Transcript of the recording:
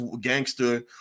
gangster